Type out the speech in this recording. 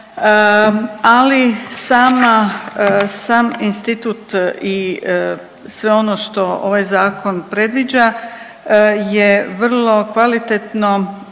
sam institut i sve ono što ovaj zakon predviđa je vrlo kvalitetno